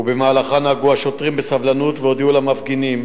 ובמהלכה נהגו השוטרים בסבלנות והודיעו למפגינים